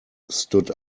stood